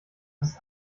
ist